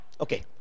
Okay